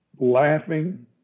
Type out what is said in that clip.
laughing